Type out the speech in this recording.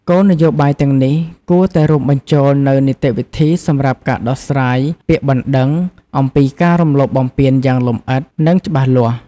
គោលនយោបាយទាំងនេះគួរតែរួមបញ្ចូលនូវ នីតិវិធីសម្រាប់ការដោះស្រាយពាក្យបណ្តឹងអំពីការរំលោភបំពាន យ៉ាងលម្អិត និងច្បាស់លាស់។